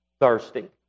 thirsty